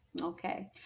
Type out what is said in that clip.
Okay